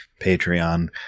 Patreon